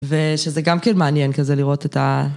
ושזה גם כן מעניין כזה לראות את ה...